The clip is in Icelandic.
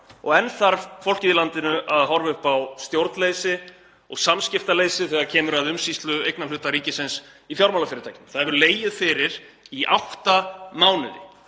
enn þarf fólkið í landinu að horfa upp á stjórnleysi og samskiptaleysi þegar kemur að umsýslu eignarhluta ríkisins í fjármálafyrirtækjum. Það hefur legið fyrir í átta mánuði